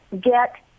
get